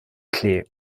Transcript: klee